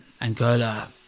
Angola